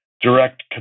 direct